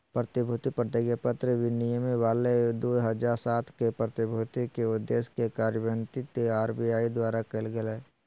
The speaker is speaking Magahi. प्रतिभूति प्रतिज्ञापत्र विनियमावली दू हज़ार सात के, प्रतिभूति के उद्देश्य के कार्यान्वित आर.बी.आई द्वारा कायल गेलय